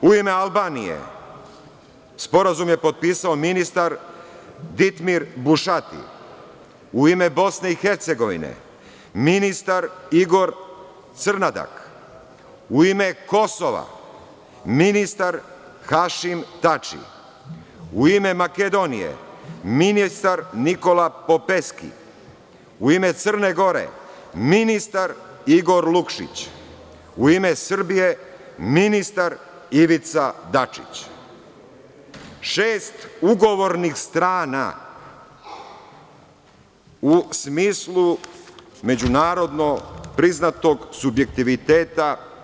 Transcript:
U ime Albanije sporazum je potpisao ministar Ditmir Bušati, u ime BiH ministar Igor Crnadak, u ime Kosova ministar Hašim Tači, u ime Makedonije ministar Nikola Popeski, u ime Crne Gore ministar Igor Lukšić, u ime Srbije ministar Ivica Dačić, šest ugovornih strana u smislu međunarodno priznatog subjektiviteta.